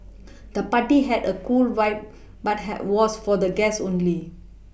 the party had a cool vibe but had was for guests only